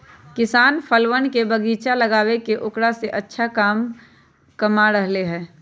किसान फलवन के बगीचा लगाके औकरा से अच्छा कमा रहले है